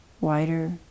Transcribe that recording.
wider